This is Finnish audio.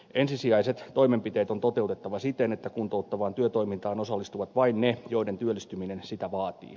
ensisijaiset toimenpiteet on toteutettava siten että kuntouttavaan työtoimintaan osallistuvat vain ne joiden työllistyminen sitä vaatii